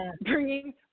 bringing